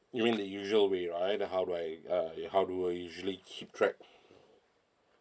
you mean the usual way right the how do I uh how do we usually keep track